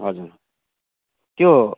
हजुर त्यो